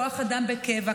כוח אדם בקבע,